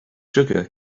sugar